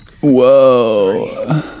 Whoa